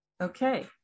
Okay